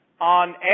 on